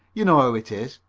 you know how it is.